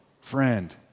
friend